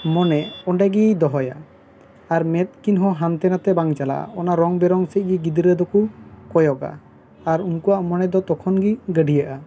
ᱢᱚᱱᱮ ᱚᱸᱰᱮ ᱜᱮ ᱫᱚᱦᱚᱭᱟ ᱟᱨ ᱢᱮᱫ ᱠᱤᱱ ᱦᱚᱸ ᱦᱟᱱᱛᱮ ᱱᱟᱛᱮ ᱵᱟᱝ ᱪᱟᱞᱟᱜ ᱟ ᱚᱱᱟ ᱨᱚᱝ ᱵᱮᱨᱚᱝ ᱥᱮᱫ ᱜᱮ ᱜᱤᱫᱽᱨᱟᱹ ᱫᱚᱠᱚ ᱠᱚᱭᱚᱜᱟ ᱟᱨ ᱩᱱᱠᱩᱣᱟᱜ ᱢᱚᱱᱮ ᱫᱚ ᱛᱚᱠᱷᱚᱱ ᱜᱤ ᱜᱟᱹᱰᱤᱭᱟᱹᱜ ᱟ